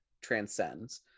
transcends